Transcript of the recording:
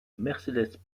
mercedes